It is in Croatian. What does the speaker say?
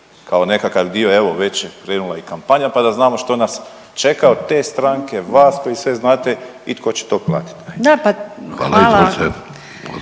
kao nekakav dio evo već je krenula i kampanja pa da znamo što nas čeka od te stranke, vas koji sve znate i tko će to platit. **Vidović,